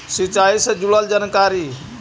सिंचाई से जुड़ल जानकारी?